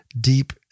deep